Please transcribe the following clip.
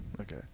Okay